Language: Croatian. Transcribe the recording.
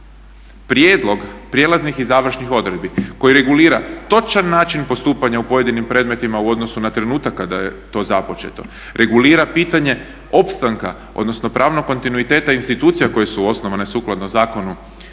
prijedlog prijelaznih i završnih odredbi koji regulira točan način postupanja u pojedinim predmetima u odnosu na trenutak kada je to započeto, regulira pitanje opstanka odnosno pravnog kontinuiteta institucija koje su osnovane sukladno zakonu